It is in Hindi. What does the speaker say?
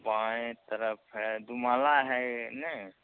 बाएँ तरफ़ है दो माला है नहीं